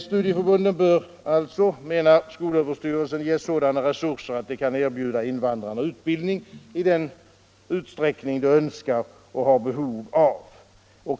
Studieförbunden bör alltså, menar skolöverstyrelsen, ges sådana resurser att de kan erbjuda invandrarna utbildning i den utsträckning man önskar och har behov av.